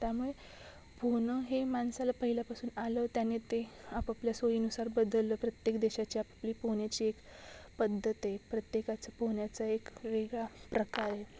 त्यामुळे पोहनं हे मानसाला पहिल्यापासून आलं त्याने ते आपापल्या सोयीनुसार बदललं प्रत्येक देशाची आपली पोहण्याची एक पद्धते प्रत्येकाचं पोहण्याचा एक वेगळा प्रकारे